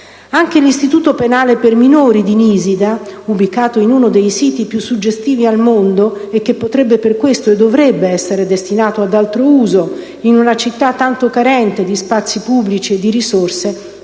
Anche l'istituto penale per i minori di Nisida, ubicato in uno dei siti più suggestivi al mondo, che per questo potrebbe e dovrebbe essere destinato ad altro uso in una città tanto carente di spazi pubblici e risorse,